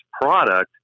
product